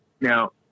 Now